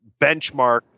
benchmark